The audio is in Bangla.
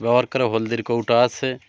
ব্যবহার করে হলদির কৌটা আসে